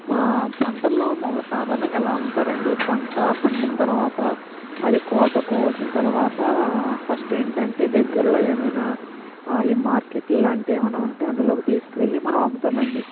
మా పంటల్లో మామూలుగా సాధారణంగా ఎలా అమ్ముతారంటే పంట పండిన తర్వాత అది కోత కోసిన తర్వాత ఫస్ట్ ఏంటంటే దగ్గరలో ఏమైనా ఈ మార్కెట్లు లాంటి ఏమైనా ఉంటే అందులోకి తీసుకెళ్ళి మనం అమ్ముతామండి